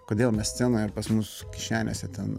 kodėl mes scenoje ir pas mus kišenėse ten